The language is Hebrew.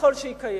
ככל שהיא קיימת.